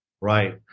Right